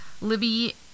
libby